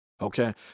Okay